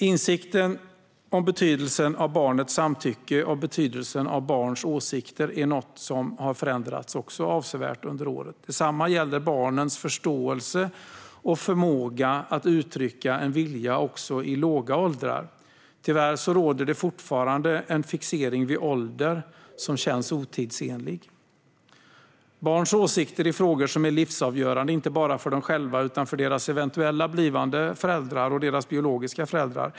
Insikten om betydelsen av barnets samtycke och betydelsen av barns åsikter är något som också har förändrats avsevärt under åren. Detsamma gäller barnens förståelse och förmåga att uttrycka en vilja också i låga åldrar. Tyvärr råder det fortfarande en fixering vid ålder som känns otidsenlig. Det handlar om barns åsikter i frågor som är livsavgörande inte bara för dem själva utan också för deras eventuella blivande föräldrar och deras biologiska föräldrar.